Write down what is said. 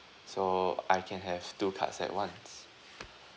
so I can have two cards at once